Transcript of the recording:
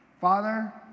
Father